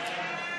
הצעת סיעת